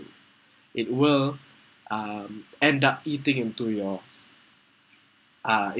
it will um end up eating into your uh into